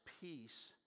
peace